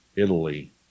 Italy